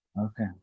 Okay